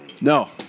No